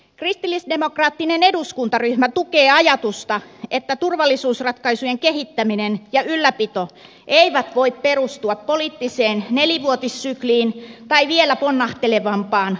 kristillisdemokraattinen eduskuntaryhmä tukee ajatusta että turvallisuusratkaisujen kehittäminen ja ylläpito eivät voi perustua poliittiseen nelivuotissykliin tai vielä ponnahtelevampaan aikatauluun